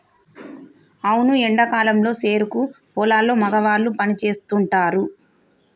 అవును ఎండా కాలంలో సెరుకు పొలాల్లో మగవాళ్ళు పని సేస్తుంటారు